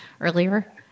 earlier